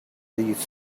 these